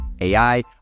AI